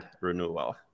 renewal